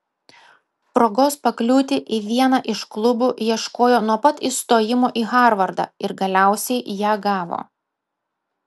progos pakliūti į vieną iš klubų ieškojo nuo pat įstojimo į harvardą ir galiausiai ją gavo